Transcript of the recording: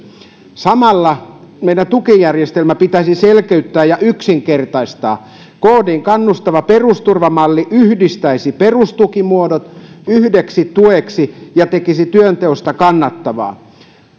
samalla meidän tukijärjestelmämme pitäisi selkeyttää ja yksinkertaistaa kdn kannustava perusturvamalli yhdistäisi perustukimuodot yhdeksi tueksi ja tekisi työnteosta kannattavaa